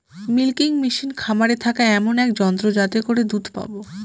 milking machine খামারে থাকা এমন এক যন্ত্র যাতে করে দুধ পাবো